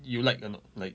you like or not like